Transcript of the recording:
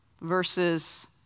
versus